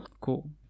Cool